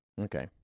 Okay